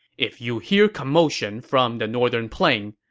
if you hear commotion from the northern plain,